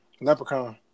Leprechaun